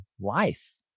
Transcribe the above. life